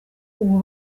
ubu